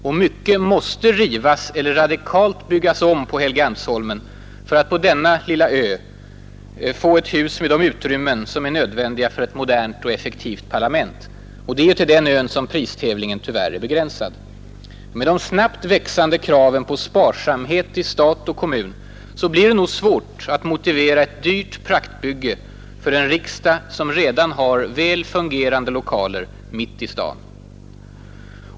Och mycket måste rivas eller radikalt byggas om på Helgeandsholmen för att på denna lilla ö få ett hus med de utrymmen som är nödvändiga för ett modernt och effektivt parlament. Det är ju till den ön som pristävlingen tyvärr är begränsad. Och med de snabbt växande kraven på sparsamhet i stat och kommun blir det nog svårt att motivera att dyrt praktbygge för en riksdag som redan har väl fungerande lokaler mitt i stan.